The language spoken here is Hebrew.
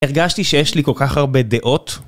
הרגשתי שיש לי כל כך הרבה דעות